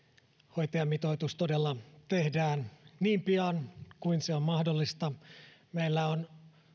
hoitajamitoitus todella tehdään niin pian kuin se on mahdollista meillä on